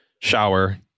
shower